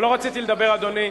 אבל לא רציתי לדבר, אדוני,